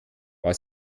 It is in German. war